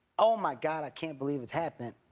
oh my god, i can't believe it's happening,